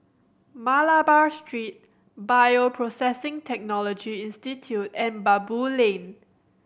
Malabar Street Bioprocessing Technology Institute and Baboo Lane